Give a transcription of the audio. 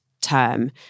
term